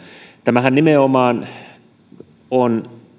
tämähän on